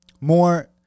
More